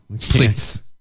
please